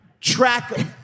track